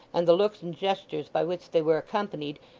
and the looks and gestures by which they were accompanied,